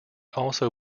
also